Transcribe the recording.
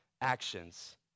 actions